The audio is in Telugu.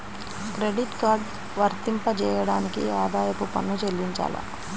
క్రెడిట్ కార్డ్ వర్తింపజేయడానికి ఆదాయపు పన్ను చెల్లించాలా?